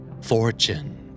Fortune